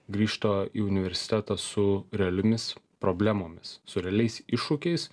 grįžta į universitetą su realiomis problemomis su realiais iššūkiais